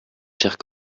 chers